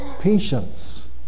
patience